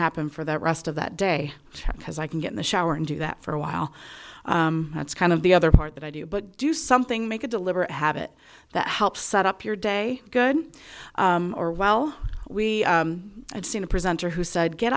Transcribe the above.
happen for the rest of that day because i can get in the shower and do that for a while that's kind of the other part that i do but do something make a deliberate habit that helps set up your day good or well we have seen a presenter who said get